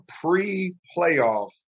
pre-playoff